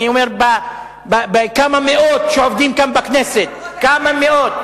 אני אומר, בכמה מאות שעובדים כאן בכנסת, כמה מאות.